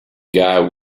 guy